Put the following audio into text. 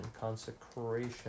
consecration